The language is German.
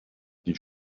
die